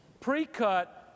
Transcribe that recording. pre-cut